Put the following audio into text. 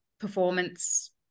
performance